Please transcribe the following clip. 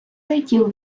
летів